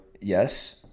yes